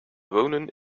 wonen